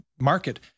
market